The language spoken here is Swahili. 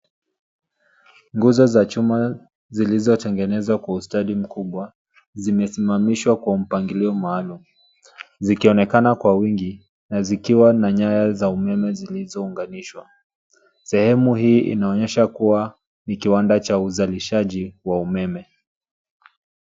Nguzo za chuma zilizotengenezwa kwa ustadi mkubwa zimesimamishwa kwa mpangilio maalum zikionekana kwa wingi na zikiwa na nyayo za umeme zilizounganishwa. Sehemu hii inaonyesha kuwa ni kiwanda cha uzalishaji wa umeme.